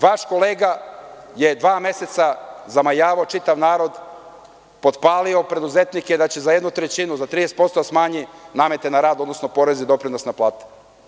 Vaš kolega je dva meseca zamajavao čitav narod, potpalio preduzetnike da će za jednu trećinu, za 30% da smanji namete na rad, odnosno poreze i doprinos na plate.